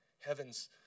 heaven's